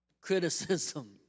criticism